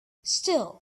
still